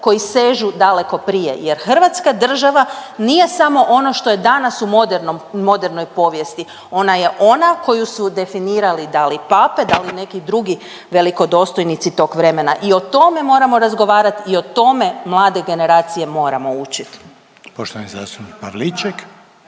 koji sežu daleko prije jer Hrvatska država nije samo ono što je danas u modernom, modernoj povijesti, ona je ona koju su definirali da li pape, da li neki drugi velikodostojnici tog vremena i o tome moramo razgovarat i o tome mlade generacije moramo učit. **Reiner, Željko (HDZ)** Poštovani zastupnik Pavliček.